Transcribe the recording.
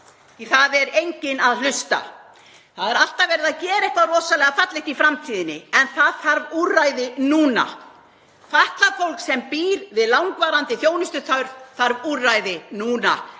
það er enginn að hlusta. Það er alltaf verið að gera eitthvað rosalega fallegt í framtíðinni en það þarf úrræði núna. Fatlað fólk sem býr við langvarandi þjónustuþörf þarf úrræði núna.